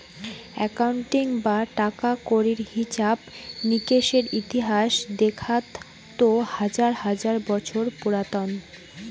accounting বা টাকা কড়ির হিছাব নিকেসের ইতিহাস দেখাত তো হাজার হাজার বছর পুরাতন